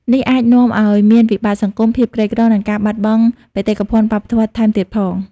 នេះអាចនាំឱ្យមានវិបត្តិសង្គម ភាពក្រីក្រ និងការបាត់បង់បេតិកភណ្ឌវប្បធម៌ថែមទៀតផង។